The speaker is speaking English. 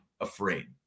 afraid